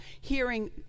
Hearing